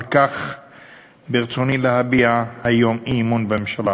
על כך ברצוני להביע היום אי-אמון בממשלה.